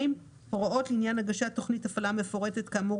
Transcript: (2)הוראות לעניין הגשת תכנית הפעלה מפורטת כאמור